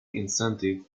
incentive